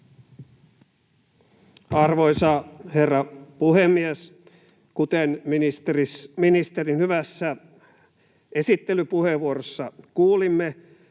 Arvoisa herra puhemies! Kuten ministerin hyvässä esittelypuheenvuorossa kuulimme,